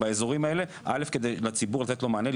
באזורים האלה כדי לתת לציבור מענה,